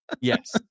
Yes